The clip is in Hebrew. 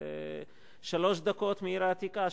זה שלוש דקות מהעיר העתיקה,